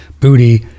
booty